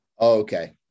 Okay